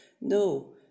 no